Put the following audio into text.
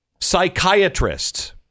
Psychiatrists